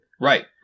Right